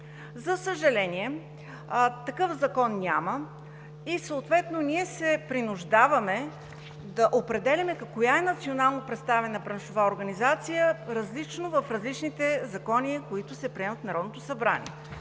За съжаление, такъв закон няма и съответно ние се принуждаваме да определим коя е национално представена браншова организация – различно в различните закони, които се приемат в Народното събрание.